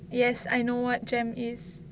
yes I know what jem is